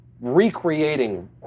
recreating